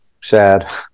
sad